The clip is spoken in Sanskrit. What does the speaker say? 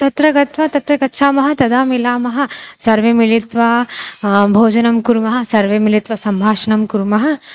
तत्र गत्वा तत्र गच्छामः तदा मिलामः सर्वे मिलित्वा भोजनं कुर्मः सर्वे मिलित्वा सम्भाषणं कुर्मः